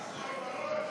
נתקבל.